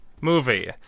movie